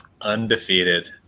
Undefeated